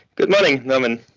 good morning norman,